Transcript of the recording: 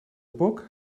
book